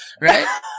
Right